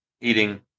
eating